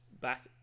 back